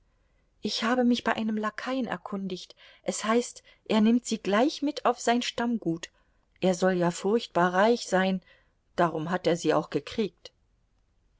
ich habe mich bei einem lakaien erkundigt es heißt er nimmt sie gleich mit sich auf sein stammgut er soll ja furchtbar reich sein darum hat er sie auch gekriegt